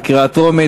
לקריאה טרומית,